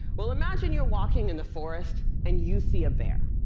well, imagine you're walking in the forest and you see a bear.